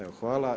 Evo hvala.